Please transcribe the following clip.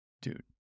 dude